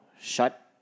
shut